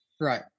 right